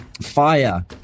fire